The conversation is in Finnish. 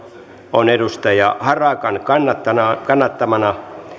on timo harakan kannattamana kannattamana